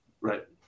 Right